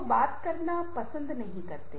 लोग बात करना पसंद नहीं करते